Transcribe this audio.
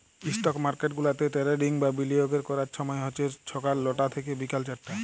stock market গুলাতে trading বা বিলিয়গের ক্যরার ছময় হছে ছকাল লটা থ্যাইকে বিকাল চারটা